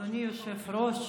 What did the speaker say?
אדוני היושב-ראש.